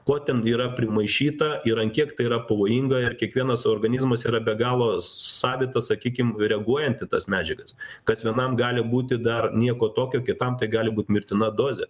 ko ten yra primaišyta ir ant kiek tai yra pavojinga ir kiekvienas organizmas yra be galo savitas sakykim reaguojant į tas medžiagas kas vienam gali būti dar nieko tokio kitam tai gali būt mirtina dozė